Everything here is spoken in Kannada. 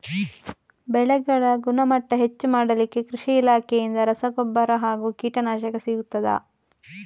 ಬೆಳೆಗಳ ಗುಣಮಟ್ಟ ಹೆಚ್ಚು ಮಾಡಲಿಕ್ಕೆ ಕೃಷಿ ಇಲಾಖೆಯಿಂದ ರಸಗೊಬ್ಬರ ಹಾಗೂ ಕೀಟನಾಶಕ ಸಿಗುತ್ತದಾ?